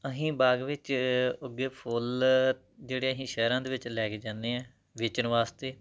ਅਸੀਂ ਬਾਗ ਵਿੱਚ ਉੱਗੇ ਫੁੱਲ ਜਿਹੜੇ ਅਸੀਂ ਸ਼ਹਿਰਾਂ ਦੇ ਵਿੱਚ ਲੈ ਕੇ ਜਾਂਦੇ ਹਾਂ ਵੇਚਣ ਵਾਸਤੇ